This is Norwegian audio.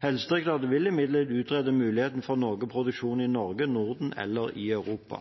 Helsedirektoratet vil imidlertid utrede mulighetene for noe produksjon i Norge, Norden eller Europa.